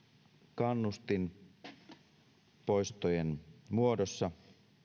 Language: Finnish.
kannustin poistojen muodossa